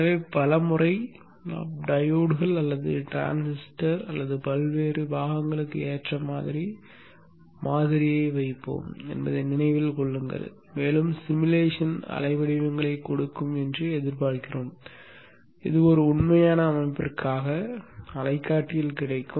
எனவே பல முறை நாம் டையோட்கள் அல்லது டிரான்சிஸ்டர் அல்லது பல்வேறு கூறுகளுக்கு ஏற்ற மாதிரி மாதிரியை வைப்போம் என்பதை நினைவில் கொள்ளுங்கள் மேலும் சிமுலேஷன் அலைவடிவங்களைக் கொடுக்கும் என்று எதிர்பார்க்கிறோம் இது ஒரு உண்மையான அமைப்பிற்காக அலைக்காட்டியில் கிடைக்கும்